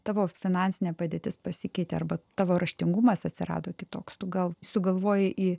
tavo finansinė padėtis pasikeitė arba tavo raštingumas atsirado kitoks tu gal sugalvojai į